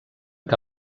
que